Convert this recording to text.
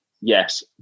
Yes